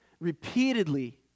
repeatedly